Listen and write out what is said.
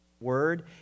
word